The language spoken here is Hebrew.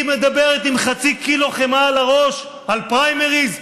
היא מדברת עם חצי קילו חמאה על הראש על פריימריז?